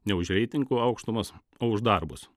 ne už reitingų aukštumas o už darbus